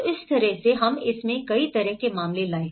तो उस तरह से हम इसमें कई तरह के मामले लाए